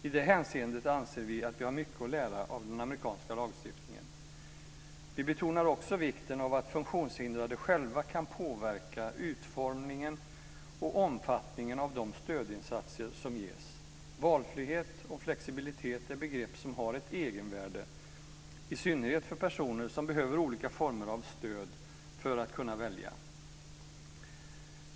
I det hänseendet anser vi att vi har mycket att lära av den amerikanska lagstiftningen. Vi betonar också vikten av att funktionshindrade själva kan påverka utformningen och omfattningen av de stödinsatser som ges. Valfrihet och flexibilitet är begrepp som har ett egenvärde i synnerhet för personer som behöver olika former av stöd för att kunna välja.